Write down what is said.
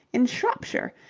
in shropshire,